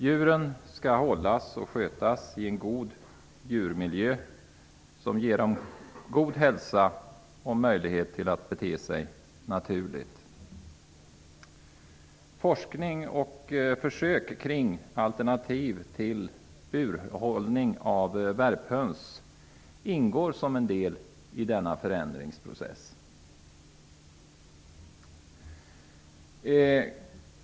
Djuren skall hållas och skötas i en djurmiljö som ger dem god hälsa och möjlighet att bete sig naturligt. Forskning och försök kring alternativ till burhållning av värphöns ingår som en del i denna förändringsprocess.